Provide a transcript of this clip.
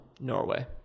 Norway